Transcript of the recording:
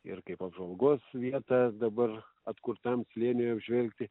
ir kaip apžvalgos vieta dabar atkurtam slėniui apžvelgti